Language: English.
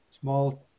small